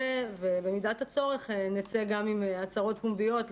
ובמידת הצורך נצא גם בהצהרות פומביות.